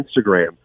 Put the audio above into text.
Instagram